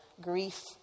grief